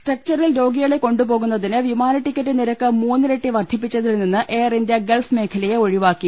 സ്ട്രെക്ചറിൽ രോഗികളെ കൊണ്ടുപോകുന്നതിന് വിമാന ടിക്കറ്റ് നിരക്ക് മൂന്നിരട്ടി വർധിപ്പിച്ചതിൽ നിന്ന് എയർ ഇന്ത്യ ഗൾഫ് മേഖലയെ ഒഴിവാക്കി